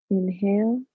Inhale